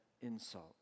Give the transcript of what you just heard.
insult